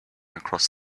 across